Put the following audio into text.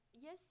Yes